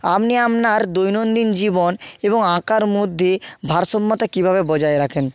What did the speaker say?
আমনি আপনার দৈনন্দিন জীবন এবং আঁকার মধ্যে ভারসম্যতা কীভাবে বজায় রাখেন